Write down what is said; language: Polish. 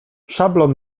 szablon